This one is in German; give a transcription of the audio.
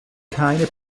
keine